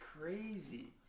crazy